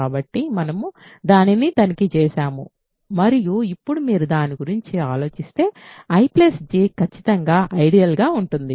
కాబట్టి మనము దానిని తనిఖీ చేసాము మరియు ఇప్పుడు మీరు దాని గురించి ఆలోచిస్తే I J ఖచ్చితంగా ఐడియల్ గా ఉంటుంది